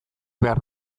behar